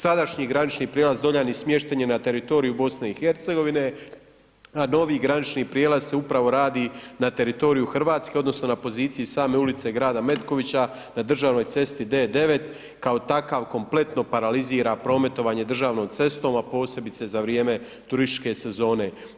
Sadašnji granični prijelaz Doljani smješten je na teritoriju BiH a novi granični prijelaz se upravo radi na teritoriju Hrvatske odnosno na poziciji same ulice grada Metkovića na državnoj cesti D9 kao takav kompletno paralizira prometovanje državnom cestom a posebice za vrijeme turističke sezone.